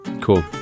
Cool